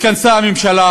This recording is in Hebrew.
התכנסה הממשלה,